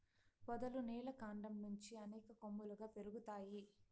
పొదలు నేల కాండం నుంచి అనేక కొమ్మలుగా పెరుగుతాయి